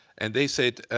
and they said,